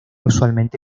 usualmente